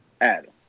Adam